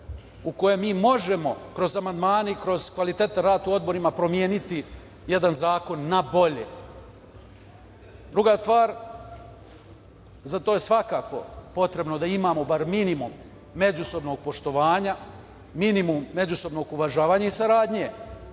u kojem mi možemo kroz amandmane i kroz kvalitetan rad u odborima promeniti jedan zakon na bolje. Druga stvar, za to je svakako potrebno da imamo barem minimum međusobnog poštovanja, minimum međusobnog uvažavanja i saradnje,